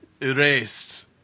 Erased